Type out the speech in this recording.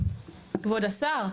כבוד השר,